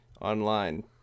online